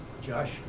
Josh